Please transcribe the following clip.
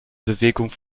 bewegung